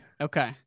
Okay